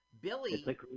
Billy